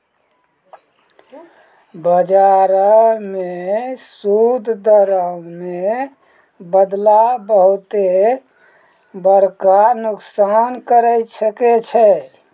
बजारो मे सूद दरो मे बदलाव बहुते बड़का नुकसान करै सकै छै